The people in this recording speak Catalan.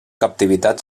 captivitat